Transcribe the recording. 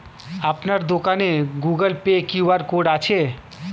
আপনার দোকানে Google Pay QR code আছে?